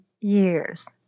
years